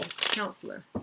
counselor